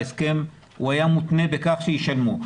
ההסכם היה מותנה בכך שישלמו.